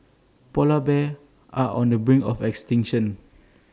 Polar Bears are on the brink of extinction